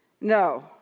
no